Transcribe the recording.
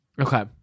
Okay